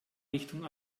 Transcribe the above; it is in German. richtung